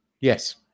Yes